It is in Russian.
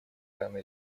рано